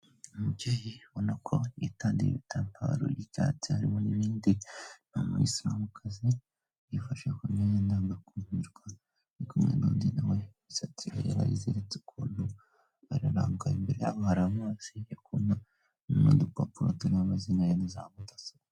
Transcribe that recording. Umubyeyi ubona ko yitandiye ibitambaro by'icyatsi harimo n'ibindi umuyisilamukazi, yifashe ku myanyadangakumirwa, ari kumwe n'undi nawe imisatsi yari y yayiziritse ukuntu, ararangaye imbere ye hari amazi yo kunywa, n'udupapuro turiho amazina ye, na zamudasobwa.